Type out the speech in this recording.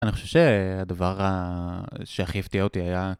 אני חושב ש...הדבר ה...שהכי הפתיע אותי היה...